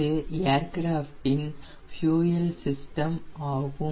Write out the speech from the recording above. இது ஏர்கிராஃப்ட் இன் fuel system ஆகும்